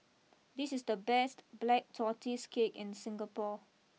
this is the best Black Tortoise Cake in Singapore